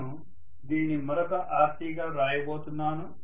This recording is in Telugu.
నేను దీనిని మరొక Rc గా వ్రాయబోతున్నాను